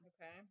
Okay